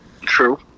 True